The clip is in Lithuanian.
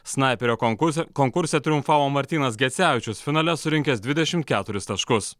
snaiperio konkurse konkurse triumfavo martynas gecevičius finale surinkęs dvidešimt keturi taškus